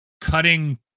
cutting